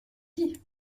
dit